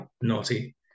naughty